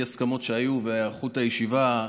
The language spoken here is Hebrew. האי-הסכמות שהיו והתארכות הישיבה,